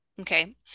Okay